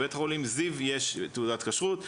בבית חולים זיו יש תעודת כשרות,